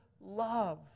love